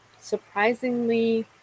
surprisingly